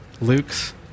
Luke's